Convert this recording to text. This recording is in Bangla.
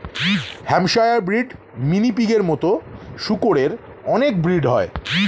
হ্যাম্পশায়ার ব্রিড, মিনি পিগের মতো শুকরের অনেক ব্রিড হয়